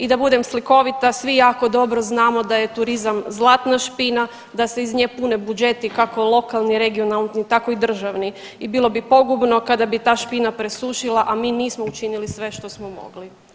I da budem slikovita, svi jako dobro znamo da je turizam zlatna špina da se iz nje pune budžeti kako lokalni regionalni tako i državni i bilo bi pogubno kada bi ta špina presušila, a mi nismo učinili sve što smo mogli.